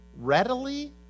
readily